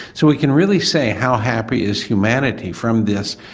so we can really say how happy is humanity from this,